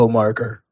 marker